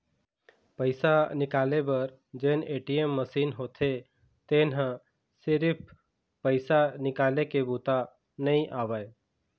पइसा निकाले बर जेन ए.टी.एम मसीन होथे तेन ह सिरिफ पइसा निकाले के बूता नइ आवय